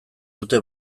dute